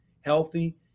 healthy